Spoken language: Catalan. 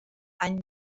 any